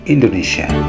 Indonesia